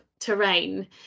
terrain